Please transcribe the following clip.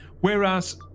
whereas